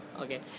Okay